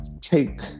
take